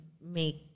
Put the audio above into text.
make